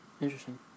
Interesting